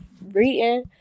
reading